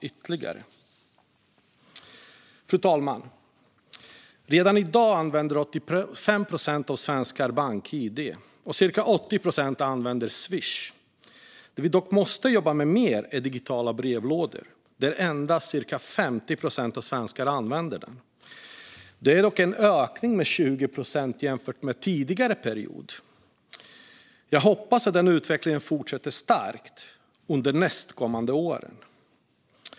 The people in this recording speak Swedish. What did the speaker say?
Fru talman! Redan i dag använder 85 procent av svenskarna bank-id, och cirka 80 procent använder Swish. Det vi dock måste jobba mer med är digitala brevlådor - endast cirka 50 procent av svenskarna använder dem. Detta är dock en ökning med 20 procent jämfört med tidigare period, och jag hoppas att den utvecklingen fortsätter starkt under kommande år.